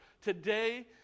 today